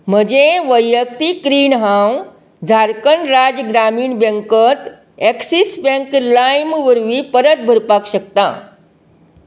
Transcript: म्हजे वैयक्तीक रीण हांव झारखंड राज्य ग्रामीण बँकांत ऍक्सीस बँक लाइम वरवीं परत भरपाक शकता